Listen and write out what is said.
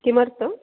किमर्थं